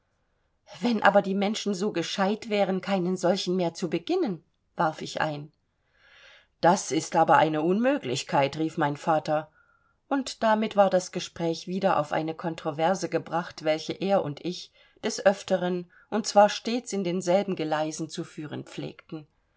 wenn aber die menschen so gescheit wären keinen solchen mehr zu beginnen warf ich ein das ist aber eine unmöglichkeit rief mein vater und damit war das gespräch wieder auf eine kontroverse gebracht welche er und ich des öfteren und zwar stets in denselben geleisen zu führen pflegten